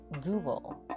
Google